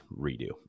redo